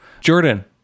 Jordan